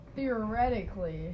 theoretically